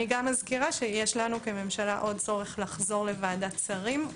אני גם מזכירה שיש לנו כממשלה עוד צורך לחזור לוועדת השרים.